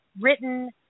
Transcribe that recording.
written